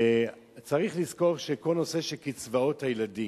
צריך לזכור שכל נושא קצבאות הילדים,